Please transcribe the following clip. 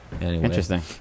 Interesting